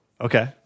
Okay